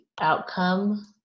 outcome